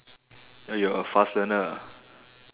oh you're a fast learner ah